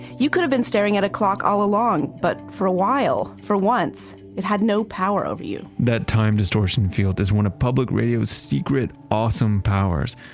you could've been staring at a clock all along. but for a while, for once, it had no power over you that time distortion field is one of public radio secret awesome powers,